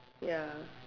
ya